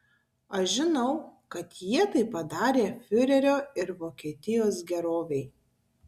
aš žinau kad jie tai padarė fiurerio ir vokietijos gerovei